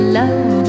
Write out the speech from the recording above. love